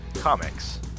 Comics